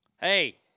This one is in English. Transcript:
Hey